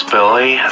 Billy